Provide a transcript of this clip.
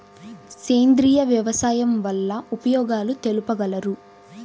సేంద్రియ వ్యవసాయం వల్ల ఉపయోగాలు తెలుపగలరు?